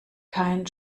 kein